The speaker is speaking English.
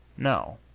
no,